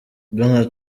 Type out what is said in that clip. donald